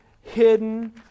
hidden